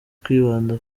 kwibanda